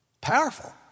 Powerful